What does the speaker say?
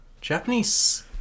Japanese